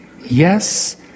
yes